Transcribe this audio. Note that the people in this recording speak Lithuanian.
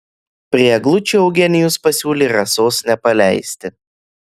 prie eglučių eugenijus pasiūlė rasos nepaleisti